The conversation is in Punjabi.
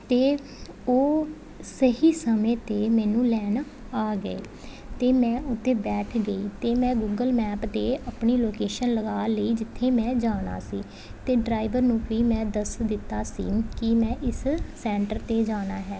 ਅਤੇ ਉਹ ਸਹੀ ਸਮੇਂ 'ਤੇ ਮੈਨੂੰ ਲੈਣ ਆ ਗਏ ਅਤੇ ਮੈਂ ਉਹ 'ਤੇ ਬੈਠ ਗਈ ਅਤੇ ਮੈਂ ਗੂਗਲ ਮੈਪ 'ਤੇ ਆਪਣੀ ਲੋਕੇਸ਼ਨ ਲਗਾ ਲਈ ਜਿੱਥੇ ਮੈਂ ਜਾਣਾ ਸੀ ਅਤੇ ਡਰਾਈਵਰ ਨੂੰ ਵੀ ਮੈਂ ਦੱਸ ਦਿੱਤਾ ਸੀ ਕਿ ਮੈਂ ਇਸ ਸੈਂਟਰ 'ਤੇ ਜਾਣਾ ਹੈ